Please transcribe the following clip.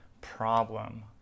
problem